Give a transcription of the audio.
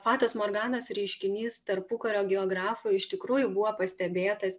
fatos morganos reiškinys tarpukario geografo iš tikrųjų buvo pastebėtas